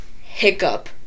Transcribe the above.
hiccup